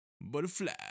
Butterfly